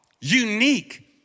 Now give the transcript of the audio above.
unique